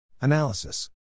Analysis